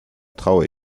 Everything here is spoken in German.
traue